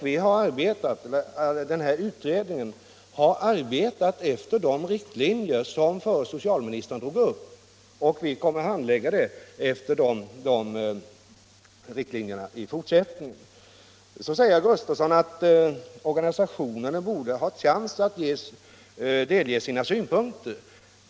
Vi har arbetat med denna fråga efter de riktlinjer som förra socialministern drog upp, och vi kommer att handlägga den efter dessa riktlinjer också i fortsättningen. Nu säger herr Gustavsson att organisationerna borde ha chansen att delge regeringen sina synpunkter.